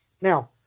Now